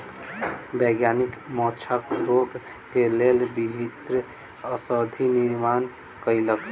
वैज्ञानिक माँछक रोग के लेल विभिन्न औषधि निर्माण कयलक